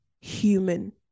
human